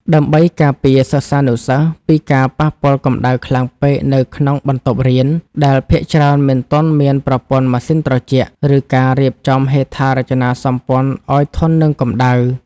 ដើម្បីការពារសិស្សានុសិស្សពីការប៉ះពាល់កម្ដៅខ្លាំងពេកនៅក្នុងបន្ទប់រៀន ដែលភាគច្រើនមិនទាន់មានប្រព័ន្ធម៉ាស៊ីនត្រជាក់ ឬការរៀបចំហេដ្ឋារចនាសម្ព័ន្ធឱ្យធន់នឹងកម្ដៅ។